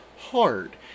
hard